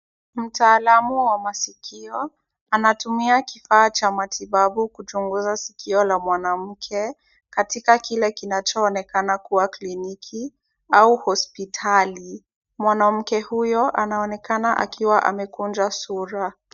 Mtaalamu wa masikio anatumia kifaa cha matibabu kuchunguza sikio la mwanamke katika kile kinachoonekana kuwa kliniki au hospitali. Mwanamke huyo anaonekana akiwa amekunja sura.